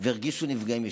והרגישו נפגעים ישירות.